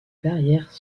barrières